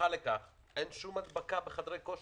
וכהוכחה לכך אין שום הדבקה בחדרי הכושר.